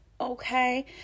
okay